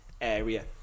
area